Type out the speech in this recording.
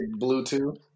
Bluetooth